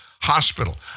Hospital